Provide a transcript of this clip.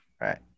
Right